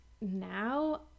now